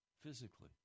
physically